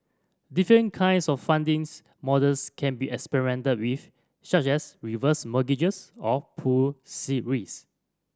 different kinds of funding models can be experimented with such as reverse mortgages or pooled see risk